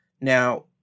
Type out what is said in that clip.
Now